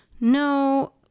No